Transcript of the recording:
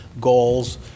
goals